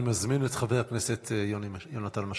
אני מזמין את חבר הכנסת יונתן מישרקי.